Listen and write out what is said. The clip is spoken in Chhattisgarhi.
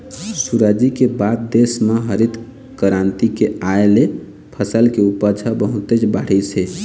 सुराजी के बाद देश म हरित करांति के आए ले फसल के उपज ह बहुतेच बाढ़िस हे